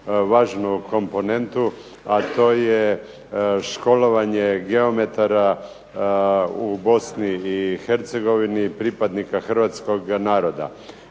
važnu komponentu, a to je školovanje geometara u Bosni i Hercegovini, pripadnika hrvatskog naroda.